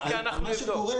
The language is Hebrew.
אוקיי, אנחנו נבדוק.